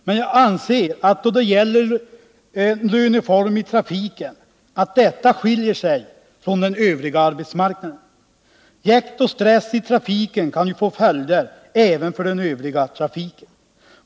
Men jag anser att frågan om vilken löneform man skall ha i trafiken skiljer sig från frågan om lönerna på den övriga arbetsmarknaden. Jäkt och stress i trafiken kan ju få följder även för övriga trafikanter.